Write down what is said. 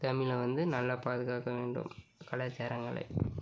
தமிழை வந்து நல்லா பாதுகாக்க வேண்டும் கலாச்சாரங்களை